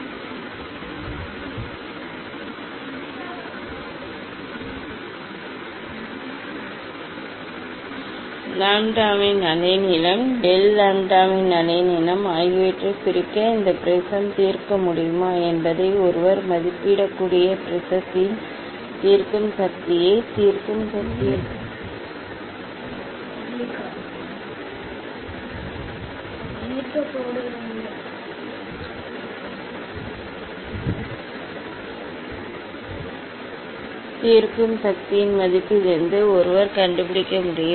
del லாம்ப்டாவின் அலைநீளம் del லாம்ப்டாவின் அலைநீளம் ஆகியவற்றைப் பிரிக்க இந்த ப்ரிஸம் தீர்க்க முடியுமா என்பதை ஒருவர் மதிப்பிடக்கூடிய ப்ரிஸத்தின் தீர்க்கும் சக்தியையும் தீர்க்கும் சக்தியின் மதிப்பிலிருந்தும் ஒருவர் கண்டுபிடிக்க முடியும்